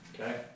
Okay